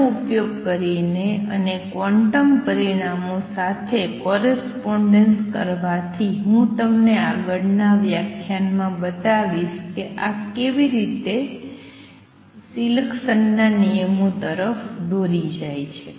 આનો ઉપયોગ કરીને અને ક્વોન્ટમ પરિણામો સાથે કોરસ્પોંડેન્સ કરવાથી હું તમને આગળના વ્યાખ્યાનમાં બતાવીશ કે આ કેવી રીતે સિલેકસન રૂલ્સ તરફ દોરી જાય છે